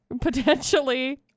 potentially